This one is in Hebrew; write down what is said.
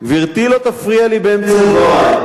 אדוני השר, גברתי לא תפריע לי באמצע דברי.